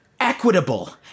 Equitable